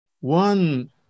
One